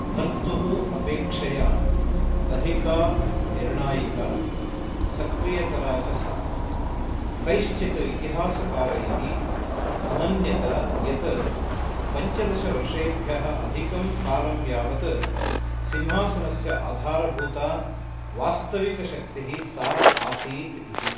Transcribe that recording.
भर्तुः अपेक्षया अधिका निर्णायिका सक्रियतरा च सा कैश्चित् इतिहासकारैः अमन्यत यत् पञ्चदशवर्षेभ्यः अधिकं कालं यावत् सिंहासनस्य आधारभूता वास्तविकशक्तिः सा आसीत इति